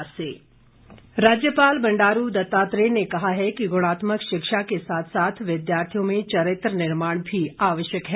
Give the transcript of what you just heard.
राज्यपाल राज्यपाल बंडारू दत्तात्रेय ने कहा कि गुणात्मक शिक्षा के साथ साथ विद्यार्थियों में चरित्र निर्माण भी आवश्यक है